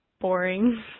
boring